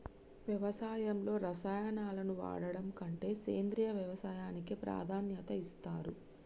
వ్యవసాయంలో రసాయనాలను వాడడం కంటే సేంద్రియ వ్యవసాయానికే ప్రాధాన్యత ఇస్తరు